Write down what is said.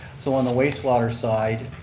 so on the waste water side,